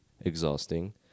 exhausting